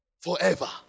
Forever